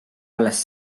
alles